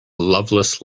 loveless